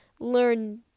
learn